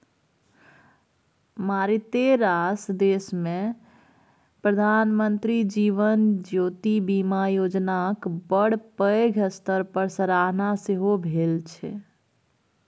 मारिते रास देशमे प्रधानमंत्री जीवन ज्योति बीमा योजनाक बड़ पैघ स्तर पर सराहना सेहो भेल छै